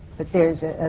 but there's a.